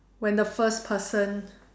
when the first person